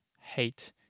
hate